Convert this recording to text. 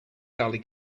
gully